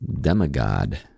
demigod